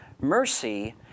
mercy